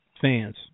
fans